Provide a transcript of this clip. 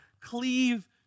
cleave